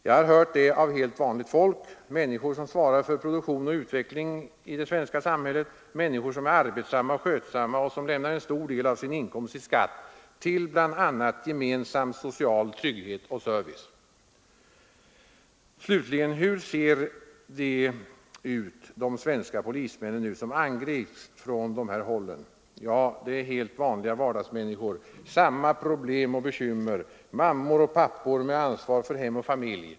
Jag har hört det av helt vanligt folk, människor som svarar för produktion och utveckling i det svenska samhället, människor som är arbetsamma och skötsamma och som lämnar en stor del av sin inkomst i skatt till bl.a. gemensam social trygghet och service. Slutligen: Hur ser de ut, de svenska polismännen, som angrips från vissa håll? Ja, de är helt vanliga vardagsmänniskor. Samma problem och bekymmer. Mammor och pappor med ansvar för hem och familj.